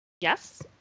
Yes